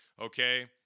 okay